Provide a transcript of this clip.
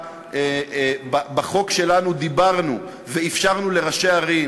בחוק שלנו דיברנו ואפשרנו לראשי ערים